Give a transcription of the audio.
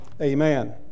amen